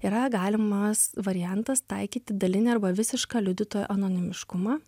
yra galimas variantas taikyti dalinį arba visišką liudytojo anonimiškumą